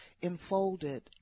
enfolded